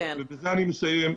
ובזה אני מסיים,